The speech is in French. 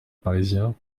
parisien